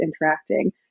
interacting